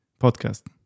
podcast